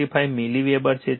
25 milliweber છે